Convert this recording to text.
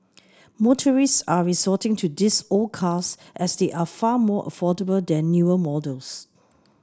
motorists are resorting to these old cars as they are far more affordable than newer models